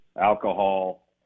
alcohol